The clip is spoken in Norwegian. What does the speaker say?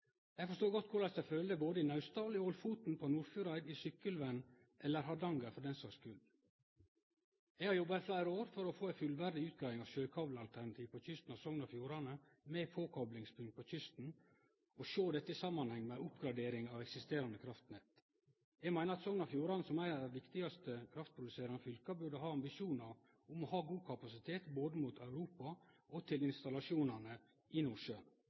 Eg forstår godt korleis dei føler det i Naustdal, i Ålfoten, på Nordfjordeid, i Sykkylven – eller i Hardanger, for den saks skuld. Eg har jobba i fleire år for å få ei fullverdig utgreiing av sjøkabelalternativet på kysten av Sogn og Fjordane, med påkoplingspunkt på kysten, og sjå dette i samanheng med oppgradering av eksisterande kraftnett. Eg meiner at Sogn og Fjordane som eit av dei viktigaste kraftproduserande fylka burde ha ambisjonar om å ha god kapasitet både mot Europa og mot installasjonane i